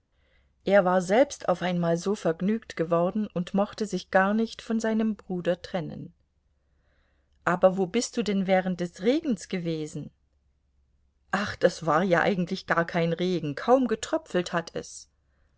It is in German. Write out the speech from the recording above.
er war selbst auf einmal so vergnügt geworden und mochte sich gar nicht von seinem bruder trennen aber wo bist du denn während des regens gewesen ach das war ja eigentlich gar kein regen kaum getröpfelt hat es